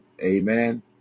Amen